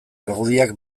argudioak